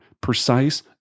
precise